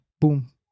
boom